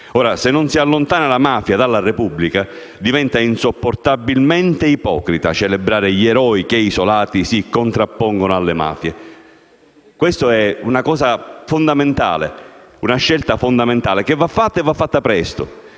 Se non si allontana la mafia dalla Repubblica, diventa insopportabilmente ipocrita celebrare gli eroi che, isolati, si contrappongono alle mafie. Questo è fondamentale. È una scelta fondamentale che va presa presto,